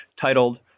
titled